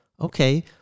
Okay